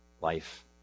life